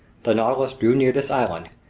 the nautilus drew near this island,